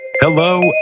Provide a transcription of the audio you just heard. Hello